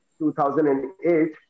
2008